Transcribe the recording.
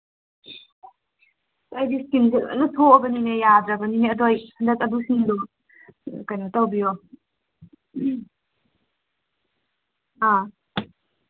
ꯑꯩꯗꯤ ꯏꯁꯀꯤꯟꯁꯦ ꯂꯣꯏꯅ ꯁꯣꯛꯑꯕꯅꯤꯅꯦ ꯌꯥꯗ꯭ꯔꯕꯅꯤꯅꯦ ꯑꯗꯨ ꯑꯩ ꯑꯗꯨꯁꯤꯡꯗꯨ ꯀꯩꯅꯣ ꯇꯧꯕꯤꯌꯣ ꯑꯥ